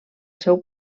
seu